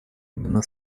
именно